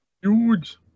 Huge